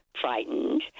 frightened